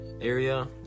area